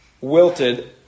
wilted